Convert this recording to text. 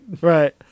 Right